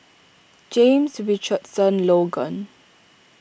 James Richardson Logan